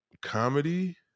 Comedy